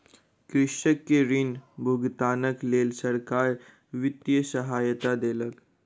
कृषक के ऋण भुगतानक लेल सरकार वित्तीय सहायता देलक